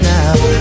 Now